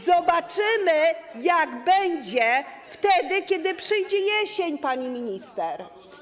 Zobaczymy, jak będzie wtedy, kiedy przyjdzie jesień, pani minister.